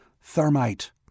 Thermite